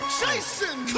chasing